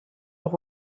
nog